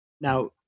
Now